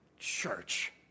church